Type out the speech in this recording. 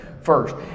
first